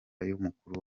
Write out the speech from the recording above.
y’umukuru